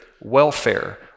welfare